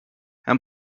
and